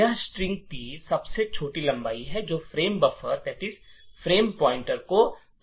यह स्ट्रिंग की सबसे छोटी लंबाई है जो फ्रेम पॉइंटर को संशोधित करेगी